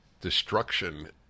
destruction